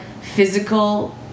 physical